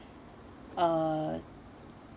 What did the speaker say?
a